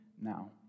now